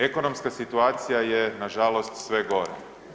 Ekonomska situacija je nažalost sve gora.